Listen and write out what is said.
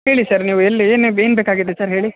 ಹೇಳಿ ಸರ್ ನೀವು ಎಲ್ಲಿ ಏನು ಏನು ಬೇಕಾಗಿತ್ತು ಸರ್ ಹೇಳಿ